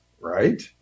right